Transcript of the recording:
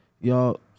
y'all